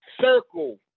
circle